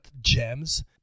gems